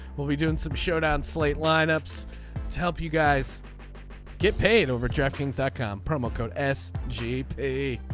we'll be doing some showdown slate lineups to help you guys get paid over checking satcom promo code s jeep a